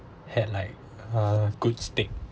had like a good steak